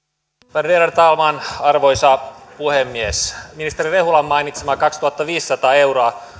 värderade talman arvoisa puhemies ministeri rehulan mainitsema kaksituhattaviisisataa euroa